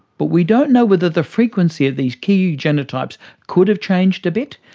but we don't know whether the frequency of these key genotypes could have changed a bit.